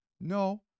No